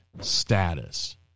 status